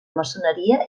maçoneria